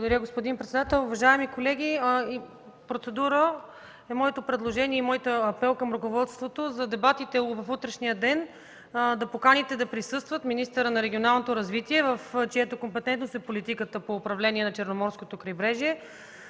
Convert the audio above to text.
Благодаря, господин председател. Правя процедура с предложението и апелът към ръководството за дебатите в утрешния ден да поканите да присъстват министърът на регионалното развитие, в чиято компетентност е политиката по управление на Черноморското крайбрежие,